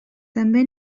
també